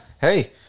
Hey